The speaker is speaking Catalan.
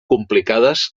complicades